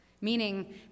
Meaning